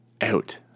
out